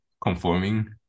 conforming